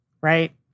right